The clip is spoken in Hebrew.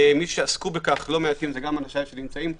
מי שעסקו בכך לא מעטים זה גם אנשיי שנמצאים פה,